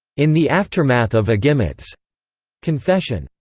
in the aftermath of agimet's confession,